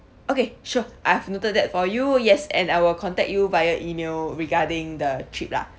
okay sure I've noted that for you yes and I will contact you via email regarding the trip lah